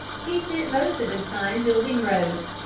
he spent most of his time building roads.